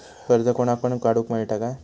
कर्ज कोणाक पण काडूक मेलता काय?